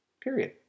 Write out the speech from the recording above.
period